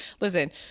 listen